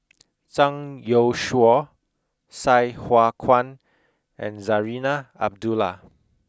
Zhang Youshuo Sai Hua Kuan and Zarinah Abdullah